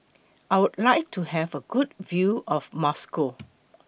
I Would like to Have A Good View of Moscow